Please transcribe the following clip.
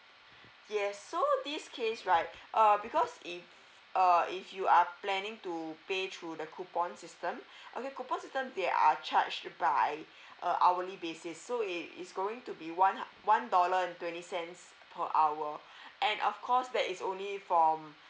yes so this case right uh because if uh if you are planning to pay through the coupon system okay coupon system they are charged by uh hourly basis so it is going to be one ha~ one dollar and twenty cents per hour and of course that is only from